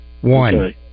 One